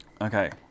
okay